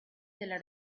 della